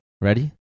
Ready